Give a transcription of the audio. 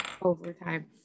overtime